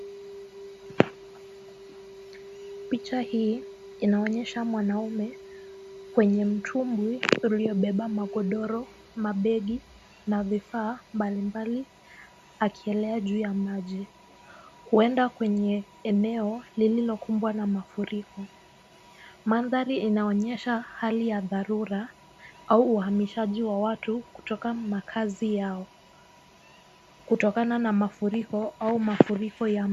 Picha hii inaonyesha mwanaume kwenye mtumbwi uliobeba magodoro, mabegi na vifaa mbalimbali akielea juu ya maji. Huenda kwenye eneo lililokumbwa na mafuriko. Mandhari inaonyesha hali ya dharura au uhamishaji wa watu kutoka makazi yao kutokana na mafuriko au mafuriko ya.